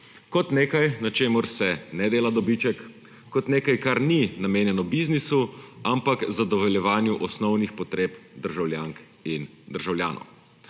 kot nekaj, na čemur se ne dela dobiček, kot nekaj, kar ni namenjeno biznisu, ampak zadovoljevanju osnovnih potreb državljank in državljanov.